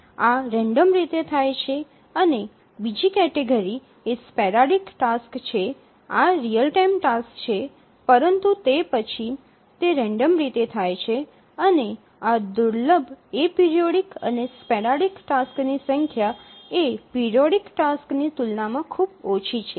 આ રેન્ડમ રીતે થાય છે અને બીજી કેટેગરી એ સ્પેરાડિક ટાસક્સ છે આ રીઅલ ટાઇમ ટાસક્સ છે પરંતુ તે પછી તે રેન્ડમ રીતે થાય છે અને આ દુર્લભ એપરિઓઇડિક અને સ્પેરાડિક ટાસક્સની સંખ્યા એ પિરિયોડિક ટાસક્સની તુલનામાં ખૂબ ઓછી છે